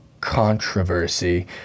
controversy